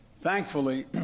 Thankfully